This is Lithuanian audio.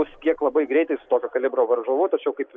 bus kiek labai greitai su tokio kalibro varžovu tačiau kaip